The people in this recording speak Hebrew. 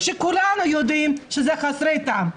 שכולנו יודעים שהם חסרי טעם.